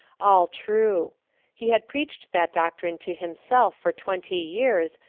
all true he had preached that doctrine to himself for twenty years,